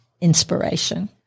inspiration